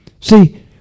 See